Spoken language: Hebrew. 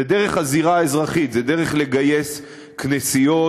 זה דרך הזירה האזרחית, זה דרך לגייס כנסיות,